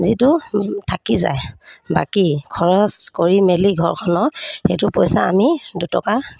যিটো থাকি যায় বাকী খৰচ কৰি মেলি ঘৰখনৰ সেইটো পইচা আমি দুটকা